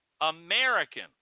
American